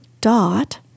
dot